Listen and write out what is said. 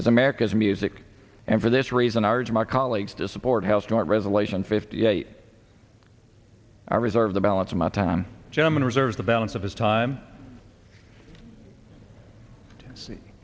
is america's music and for this reason ours my colleagues to support house joint resolution fifty eight i reserve the balance of my time gentleman reserves the balance of his time to see